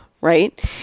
right